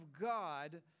God